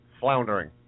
floundering